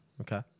Okay